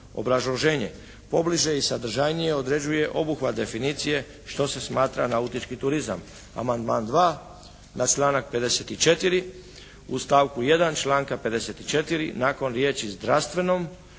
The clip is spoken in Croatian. Obrazloženje: pobliže i sadržajnije određuje obuhvat definicije što se smatra nautički turizam. Amandman 2. na članak 54. U stavku 1. članka 54. nakon riječi: "zdravstvenom"